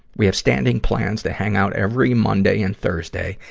we have standing plans to hang out every monday and thursday.